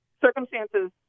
circumstances